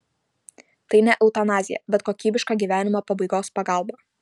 tai ne eutanazija bet kokybiška gyvenimo pabaigos pagalba